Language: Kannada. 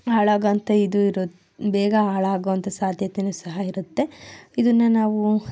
ಹಾಳಾಗೋ ಅಂಥ ಇದೂ ಇರುತ್ತೆ ಬೇಗ ಹಾಳಾಗುವಂಥ ಸಾಧ್ಯತೆಯೂ ಸಹ ಇರುತ್ತೆ ಇದನ್ನು ನಾವು